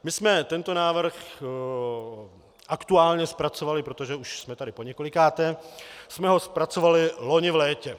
My jsme tento návrh aktuálně zpracovali, protože už jsme tady poněkolikáté, jsme ho zpracovali loni v létě.